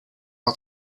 out